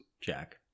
Jack